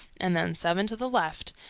and then seven to the left,